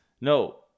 no